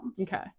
Okay